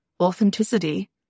authenticity